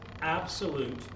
absolute